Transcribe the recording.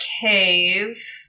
cave